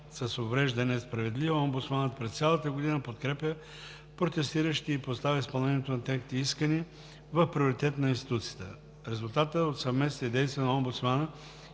с увреждания е справедлива, омбудсманът през цялата година подкрепя протестиращите и поставя изпълнението на техните искания в приоритет на институцията. Резултатите от съвместните действия на омбудсмана